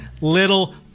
little